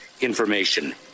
information